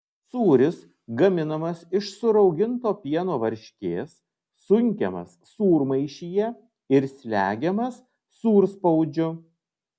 sūris gaminamas iš surauginto pieno varškės sunkiamas sūrmaišyje ir slegiamas sūrspaudžiu